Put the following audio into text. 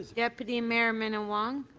deputy mayor minnan-wong.